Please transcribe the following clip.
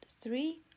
three